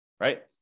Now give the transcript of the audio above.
right